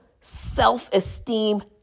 self-esteem